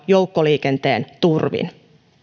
joukkoliikenteen turvin jos ollenkaan